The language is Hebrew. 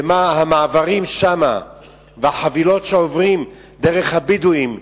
ומה עם המעברים שם והחבילות שעוברות דרך הבדואים,